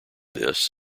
this